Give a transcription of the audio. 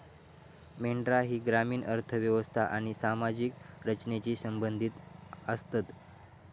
मेंढरा ही ग्रामीण अर्थ व्यवस्था आणि सामाजिक रचनेशी संबंधित आसतत